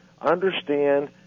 understand